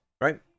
right